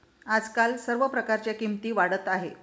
आजकाल सर्व प्रकारच्या किमती वाढत आहेत